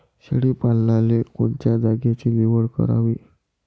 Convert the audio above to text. शेळी पालनाले कोनच्या जागेची निवड करावी?